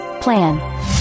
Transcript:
plan